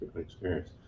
experience